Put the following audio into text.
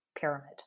pyramid